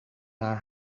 naar